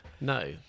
No